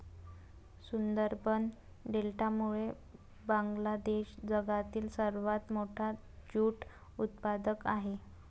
सुंदरबन डेल्टामुळे बांगलादेश जगातील सर्वात मोठा ज्यूट उत्पादक आहे